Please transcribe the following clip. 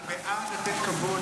אני בעד לתת כבוד,